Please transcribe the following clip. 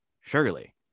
Surely